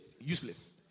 Useless